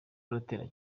uratera